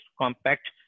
compact